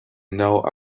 know